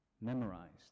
memorized